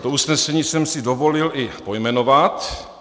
To usnesení jsem si dovolil i pojmenovat.